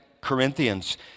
Corinthians